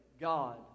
God